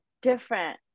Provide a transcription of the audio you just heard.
different